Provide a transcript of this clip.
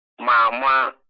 mama